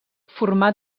formà